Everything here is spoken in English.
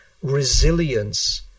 resilience